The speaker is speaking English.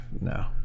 no